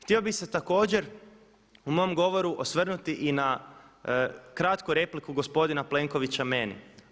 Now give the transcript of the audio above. Htio bih se također u mom govoru osvrnuti i na kratku repliku gospodina Plenkovića meni.